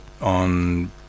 on